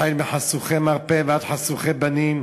מחשוכי מרפא ועד חשוכי בנים,